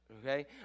okay